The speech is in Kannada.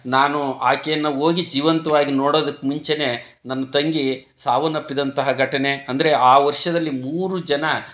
ನಾನು ಆಕೆಯನ್ನು ಹೋಗಿ ಜೀವಂತವಾಗಿ ನೋಡೋದಕ್ಕೆ ಮುಂಚೆನೇ ನನ್ನ ತಂಗಿ ಸಾವನ್ನಪ್ಪಿದಂತಹ ಘಟನೆ ಅಂದರೆ ಆ ವರ್ಷದಲ್ಲಿ ಮೂರು ಜನ